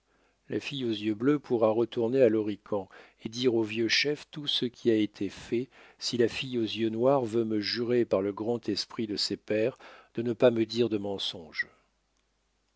la fille aux yeux bleus pourra retourner à l'horican et dire au vieux chef tout ce qui a été fait si la fille aux yeux noirs veut me jurer par le grand esprit de ses pères de ne pas me dire de mensonges